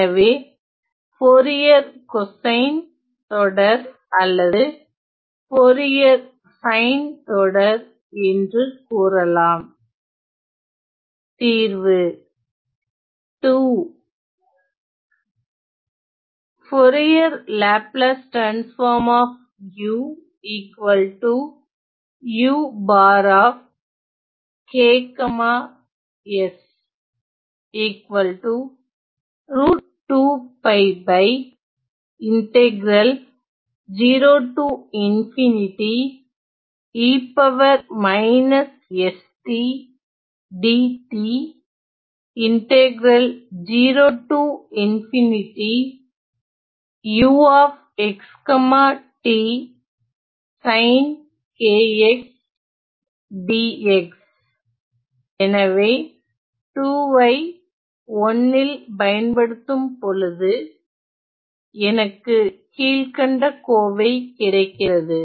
எனவே Fourier cosine தொடர் அல்லது போரியர் சைன் தொடர் என்று கூறலாம் தீர்வு எனவே II ஐ I ல் பயன்படுத்தும்போது எனக்கு கீழ்கண்ட கோவை கிடைக்கிறது